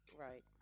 Right